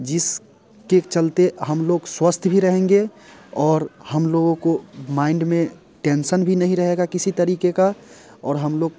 जिसके चलते हम लोग स्वस्थ भी रहेंगे और हम लोगों को माइंड में टेंशन भी नहीं रहेगा किसी तरीके का और हम लोग